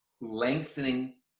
lengthening